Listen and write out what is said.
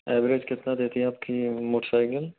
average कितना देती है आपकी ये मोटरसाइकिल